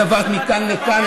את עברת מכאן לכאן,